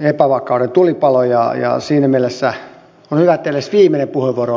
epävakauden tulipalo ja siinä mielessä on hyvä että edes viimeinen puheenvuoro oli rakentava tässä opposition puheenvuorossa